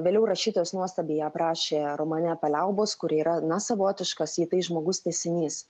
vėliau rašytojas nuostabiai aprašė romane paliaubos kuri yra na savotiškas jei tai žmogus tęsinys